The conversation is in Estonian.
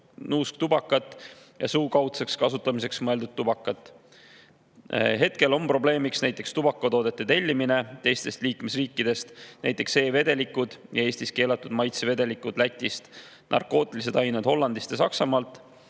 nuusktubakat ja suukaudseks kasutamiseks mõeldud tubakat. Hetkel on probleeme tubakatoodete tellimisega teistest liikmesriikidest, näiteks tuuakse e-vedelikke ja Eestis keelatud maitsevedelikke Lätist, narkootilisi aineid Hollandist ja Saksamaalt